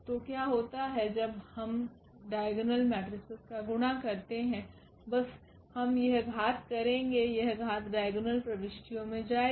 तो क्या होता है जब हम डाइगोनल मेट्रिसेस का गुणन करते हैं बस हम यह घात करेंगे यह घात डाइगोनल प्रविष्टियों में जाएगी